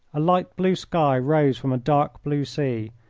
a light blue sky rose from a dark blue sea,